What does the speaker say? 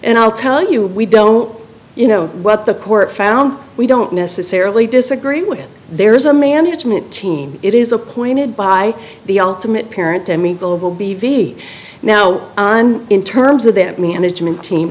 and i'll tell you we don't you know what the court found we don't necessarily disagree with there is a management team it is appointed by the ultimate parent i mean global b v now in terms of that management team